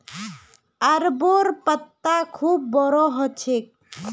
अरबोंर पत्ता खूब बोरो ह छेक